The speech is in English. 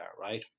right